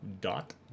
dot